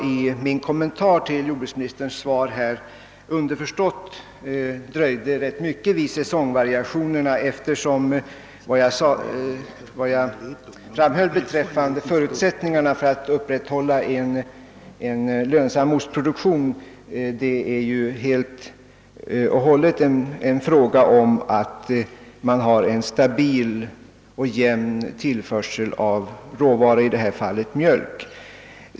I min kommentar till jordbruksministerns svar dröjde jag rätt mycket vid säsongvariationerna, eftersom förutsättningen för att man skall kunna upprätthålla en lönsam ostproduktion är att man har stabil och jämn tillförsel av råvaror, i detta fall mjölk.